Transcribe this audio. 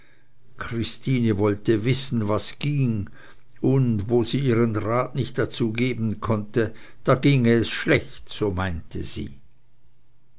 christine wollte wissen was ging und wo sie ihren rat nicht dazu geben konnte da ginge es schlecht so meinte sie